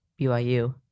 BYU